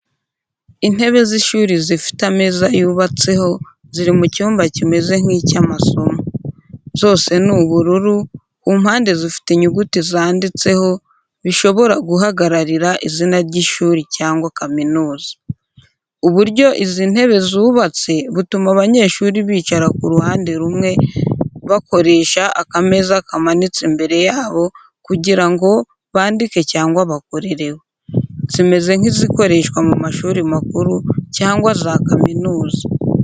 Intebe z’ishuri zifite ameza yubatseho, ziri mu cyumba kimeze nk’icy’amasomo. Zose ni ubururu, ku mpande zifite inyuguti zanditseho, bishobora guhagararira izina ry’ishuri cyangwa kaminuza. Uburyo izi ntebe zubatse butuma abanyeshuri bicara ku ruhande rumwe, bakoresha akameza kamanitse imbere yabo kugira ngo bandike cyangwa bakorereho. Zimeze nk’izikoreshwa mu mashuri makuru cyangwa za kaminuza.